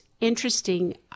interesting